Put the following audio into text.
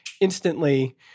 instantly